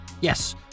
Yes